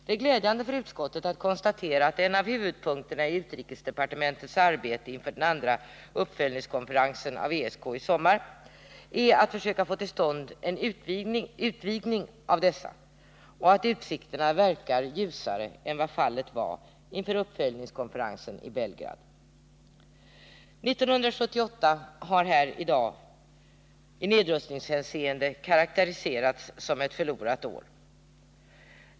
Det är glädjande för utskottet att kunna konstatera att en av huvudpunkterna i utrikesdepartementets arbete inför den andra uppföljningskonferensen av ESK i sommar är att försöka få till stånd en utvidgning av dessa och att utsikterna verkar ljusare än vad fallet var inför uppföljnings 1978 har i nedrustningshänseende här i dag karakteriserats som ett förlorat år.